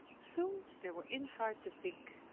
soon they were inside the vink.